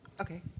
Okay